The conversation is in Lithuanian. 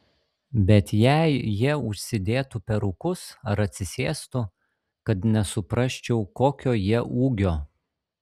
bet jei jie užsidėtų perukus ar atsisėstų kad nesuprasčiau kokio jie ūgio